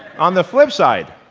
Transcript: on the flip side,